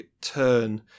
turn